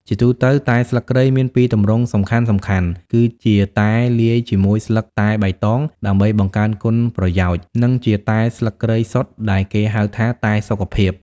ជាទូទៅ តែស្លឹកគ្រៃមានពីរទម្រង់សំខាន់ៗ គឺជាតែលាយជាមួយស្លឹកតែបៃតងដើម្បីបង្កើនគុណប្រយោជន៍ និងជាតែស្លឹកគ្រៃសុទ្ធដែលគេហៅថា តែសុខភាព។